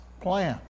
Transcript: plan